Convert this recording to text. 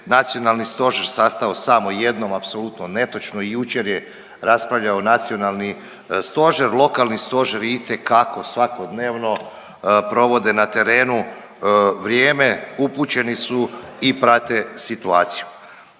nacionalni stožer sastao samo jednom, apsolutno netočno i jučer je raspravljao nacionalni stožer, lokalni stožeri itekako svakodnevno provode na terenu vrijeme, upućeni su i prate situaciju.